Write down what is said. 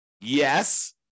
Yes